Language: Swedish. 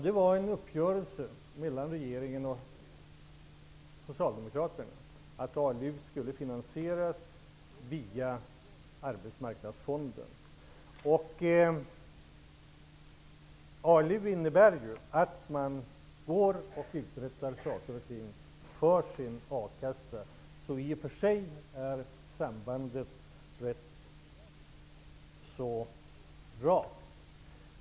Det var en uppgörelse mellan regeringen och Socialdemokraterna att Sambandet är i och för sig rätt bra.